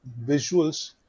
visuals